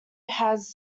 have